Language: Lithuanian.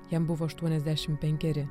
jam buvo aštuoniasdešim penkeri